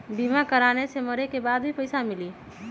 बीमा कराने से मरे के बाद भी पईसा मिलहई?